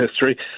history